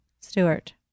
Stewart